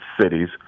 cities